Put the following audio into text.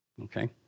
okay